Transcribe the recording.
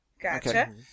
Gotcha